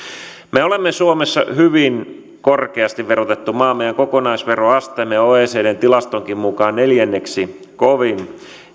suomi on hyvin korkeasti verotettu maa meidän kokonaisveroasteemme on oecdn tilastonkin mukaan neljänneksi kovin